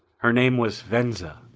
her name was venza.